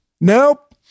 Nope